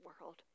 world